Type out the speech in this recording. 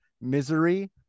Misery